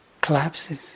collapses